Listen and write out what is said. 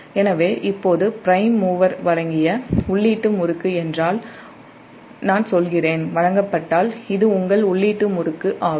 எனவே இப்போது prime mover வழங்கிய உள்ளீட்டு முறுக்கு வழங்கப்பட்டால் நான் சொல்கிறேன் இது உங்கள் உள்ளீட்டு முறுக்கு ஆகும்